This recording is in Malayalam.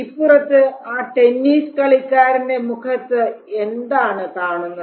ഇപ്പുറത്ത് ആ ടെന്നീസ് കളിക്കാരന്റെ മുഖത്ത് എന്താണ് കാണുന്നത്